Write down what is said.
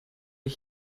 ich